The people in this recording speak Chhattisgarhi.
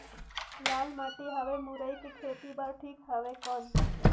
लाल माटी हवे मुरई के खेती बार ठीक हवे कौन?